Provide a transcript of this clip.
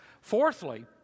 Fourthly